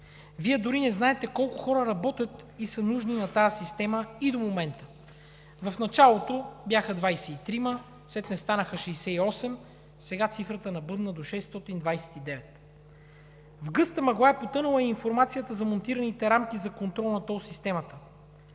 Вие дори не знаете колко хора работят и са нужни на тази система и до момента. В началото бяха 23-ма, сетне станаха 68, сега цифрата набъбна до 629. В гъста мъгла е потънала и информацията за монтираните рамки за контрол на тол системата,